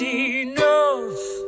enough